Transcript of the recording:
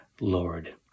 Lord